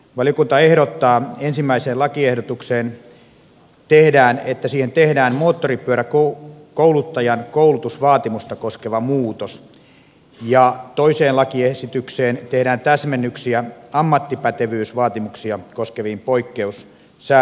valiokunta ehdottaa että ensimmäiseen lakiehdotukseen tehdään moottoripyöräkouluttajan koulutusvaatimusta koskeva muutos ja toiseen lakiesitykseen tehdään täsmennyksiä ammattipätevyysvaatimuksia koskeviin poikkeussäännöksiin